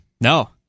no